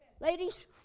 ladies